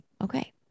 okay